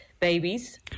Babies